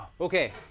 Okay